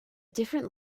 different